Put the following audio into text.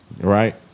right